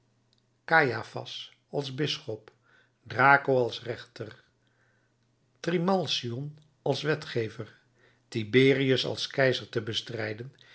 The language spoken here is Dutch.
zijn cajaphas als bisschop draco als rechter trimalcion als wetgever tiberius als keizer te bestrijden